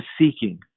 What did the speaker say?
seeking